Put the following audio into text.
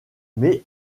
mais